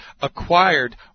acquired